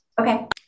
Okay